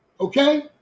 Okay